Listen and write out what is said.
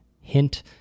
Hint